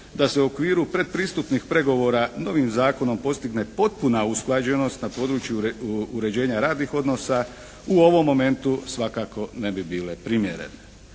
da se u okviru predpristupnih pregovora novim Zakonom postigne potpuna usklađenost na području uređenja radnih odnosa u ovom momentu svakako ne bi bile primjerene.